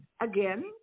again